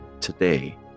today